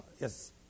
yes